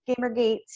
Gamergate